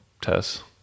Tess